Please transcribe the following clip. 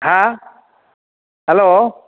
ꯍꯥ ꯍꯜꯂꯣ